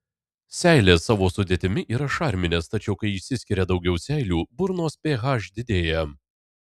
seilės savo sudėtimi yra šarminės tačiau kai išsiskiria daugiau seilių burnos ph didėja